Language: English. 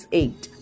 eight